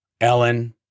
Ellen